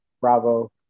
Bravo